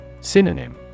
Synonym